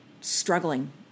struggling